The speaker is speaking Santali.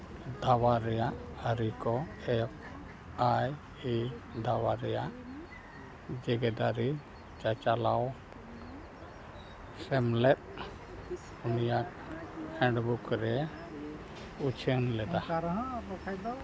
ᱫᱷᱟᱵᱟ ᱨᱮᱭᱟᱜ ᱟᱹᱨᱤ ᱠᱚ ᱮᱯᱷ ᱟᱭ ᱤ ᱫᱟᱵᱟ ᱨᱮᱭᱟᱜ ᱡᱮᱜᱮᱛᱟᱹᱨᱤ ᱪᱟᱪᱞᱟᱣ ᱥᱮᱢᱞᱮᱫ ᱩᱱᱤᱭᱟᱜ ᱦᱮᱱᱰᱵᱩᱠ ᱨᱮ ᱩᱪᱷᱟᱹᱱ ᱞᱮᱫᱟ